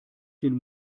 den